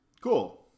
Cool